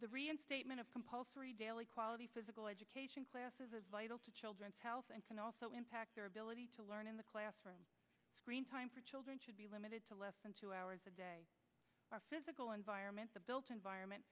the reinstatement of compulsory daily quality physical education classes is vital to children's health and can also impact their ability to learn in the classroom screen time for children should be limited to less than two hours a day are physical environment the built environment